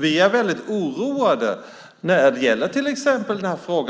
Vi är väldigt oroade när det gäller till exempel detta